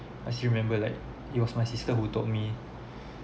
I still remember like it was my sister who told me